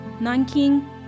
Nanking